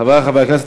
חברי חברי הכנסת,